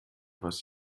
was